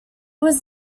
was